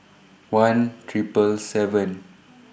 one Triple seven